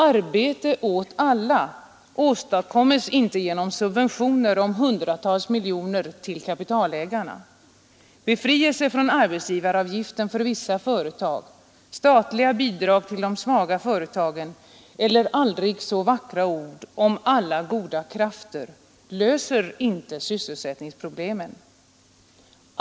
”Arbete åt alla” åstadkommes inte genom subventioner om hundratals miljoner till kapitalägarna. Befrielse från arbetsgivaravgiften för vissa företag, statliga bidrag till de svaga företagen eller aldrig så vackra ord om ”alla goda krafter” löser inte sysselsättningsproblemen.